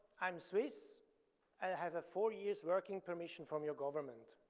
i am swiss i have a four years working permission from your government.